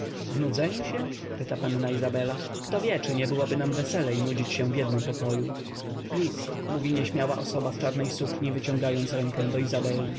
w nudzeniu się pyta panna izabela kto wie czy nie byłoby nam weselej nudzić się w jednym pokoju list mówi nieśmiała osoba w czarnej sukni wyciągając rękę do